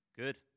good